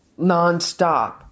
nonstop